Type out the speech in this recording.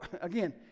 Again